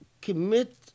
commit